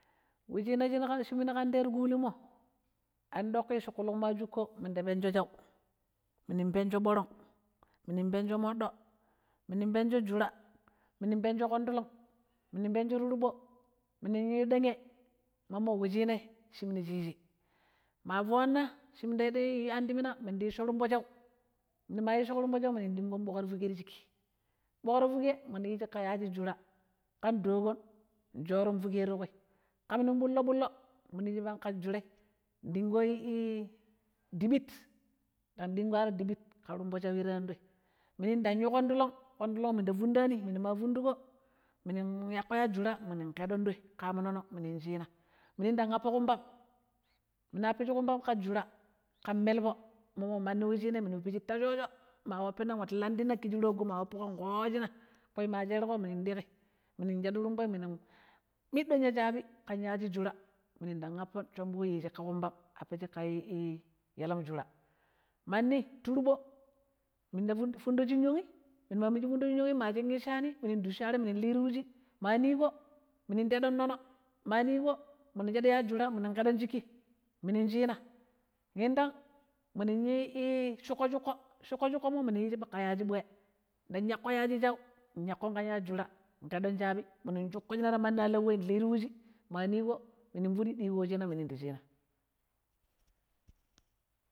wu china shi minu kan te ti kulimmo, an ɗoƙƙi chukkulug ma shukko minu ta penccho shau, minun penccho ɓorong, minu penccho moɗɗo, minu pencchojura, minunpenccho ƙontulog, minu penccho turbo, minyu dangeh mommo wuchina shi minu chishi. ma fonna shi minda yuwani ti mina minda iccho rumbo shau minun dinkon ɓokra fukeg ti shigki, bokra fukegh minu yishi ka yashi jura kan doƙoon shoron fukegh ti ƙui kan ɓullo-ɓullo yishi pang ka jurai ɗingo diɓɓit ken ɗingo diɓɓit pattonshauii ta andoi minu ndang yu kondulog minu yakko yashi jura minun ƙedon doi ka amm nonoo minu chinaa, minu ndang appo kumpam minu appichi kumpam ka juraa kan melpo mommo mandi we chinai minu uppishi ta sho-shoo ma uppina wattu landi na kishi rogo ma appuko kooshina ƙui ma sherƙo nɗiƙi, minu shadurumbo minu middo ya shaabi kan yashi juraa shombowe yishi ka kumbam yiddishi ka yalam jura, manni turbomida fundo shin yohgn ma shin ichinii minu duccho are minu lii ti wuci ma niƙo minu teɗon noono ma niƙo minu shadu yashi jura minun kedon shikkiminun chinaa, yintang minu yi shukko-shukko, shukko-shukkommo minuyishi ka yashi bwe, ndang yakko yashi bwe yankon kan yashi jura kedon shabi nshukkishina ta mandi aalau we nlii ti wuci ma nigo minu fudi diko wuchina minu ndi chinaa.